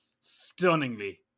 stunningly